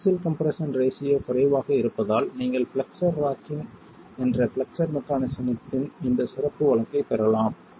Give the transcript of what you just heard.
எனவே axial compression ratio குறைவாக இருப்பதால் நீங்கள் பிளக்ஸர் ராக்கிங் என்ற பிளக்ஸர் மெக்கானிஸத்தின் இந்த சிறப்பு வழக்கைப் பெறலாம்